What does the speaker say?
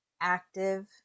active